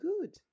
good